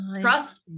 trust